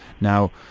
now